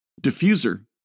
diffuser